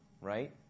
right